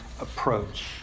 approach